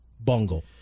bungle